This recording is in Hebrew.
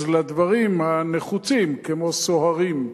אז לדברים הנחוצים, כמו סוהרים,